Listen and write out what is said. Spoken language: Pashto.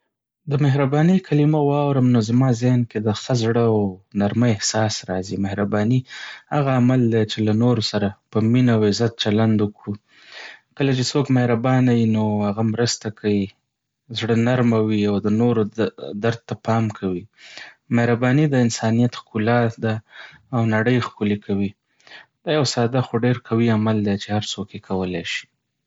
د مهربانۍ کلمه واورم، نو زما ذهن کې د ښه زړه او نرمۍ احساس راځي. مهرباني هغه عمل دی چې له نورو سره په مینه او عزت چلند وکړو. کله چې څوک مهربانه وي، نو هغه مرسته کوي، زړه نرمه وي او د نورو درد ته پام کوي. مهرباني د انسانیت ښکلا ده او نړۍ ښکلې کوي. دا یو ساده خو ډیر قوي عمل دی چې هر څوک یې کولای شي.